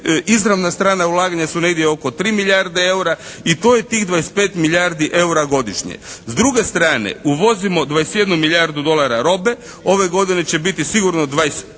izravna strana ulaganja su negdje oko 3 milijarde EUR-a i to je tih 25 milijardi EUR-a godišnje. S druge strane uvozimo 21 milijardu dolara robe. Ove godine će biti sigurno 24